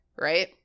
right